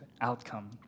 outcome